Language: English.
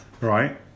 Right